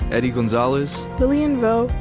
eddie gonzalez, lilian vo,